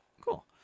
cool